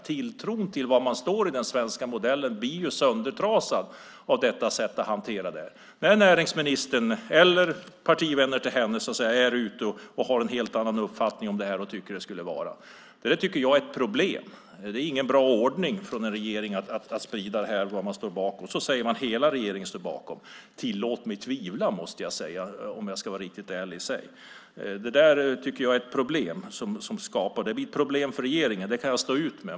Tilltron till var man står i fråga om den svenska modellen blir söndertrasad av detta sätt att hantera detta när näringsministern eller partivänner till henne är ute och har en helt annan uppfattning om detta. Jag tycker att det är ett problem. Det är ingen bra ordning från en regering att sprida vad man står bakom och säga att hela regeringen står bakom det. Tillåt mig att tvivla, om jag ska vara riktigt ärlig. Jag tycker att det är ett problem. Det blir problem för regeringen. Det kan jag stå ut med.